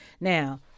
now